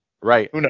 Right